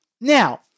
Now